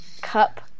cup